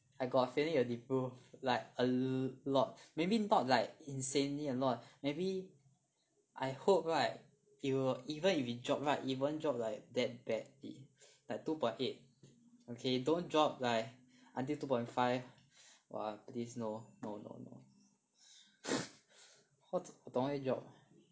I got a feeling it will deprove like a lot maybe not like insanely a lot maybe I hope right it will even if it drop right it won't drop like that badly like two point eight okay don't drop like until two point five !wah! this no no no no 不懂会 drop